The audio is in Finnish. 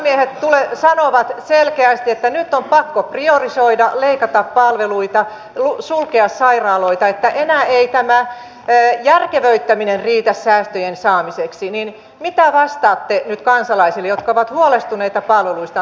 kun virkamiehet sanovat selkeästi että nyt on pakko priorisoida leikata palveluita sulkea sairaaloita että enää ei tämä järkevöittäminen riitä säästöjen saamiseksi niin mitä vastaatte nyt kansalaisille jotka ovat huolestuneita palveluistaan